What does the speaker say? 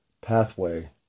pathway